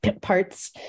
parts